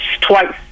twice